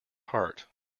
heart